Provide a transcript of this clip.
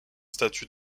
statue